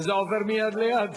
וזה עובר מיד ליד.